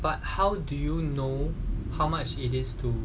but how do you know how much it is too